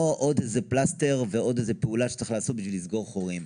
לא עוד איזה פלסטר ועוד איזו פעולה שצריך לעשות בשביל לסגור חורים.